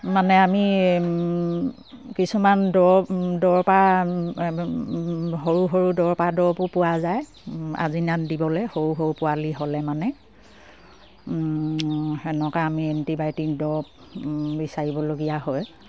মানে আমি কিছুমান দৰব সৰু সৰু দৰবো পোৱা যায় আজিনাত দিবলে সৰু সৰু পোৱালি হ'লে মানে সেনেকুৱা আমি এণ্টিবায়'টিক দৰব বিচাৰিবলগীয়া হয়